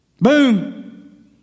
Boom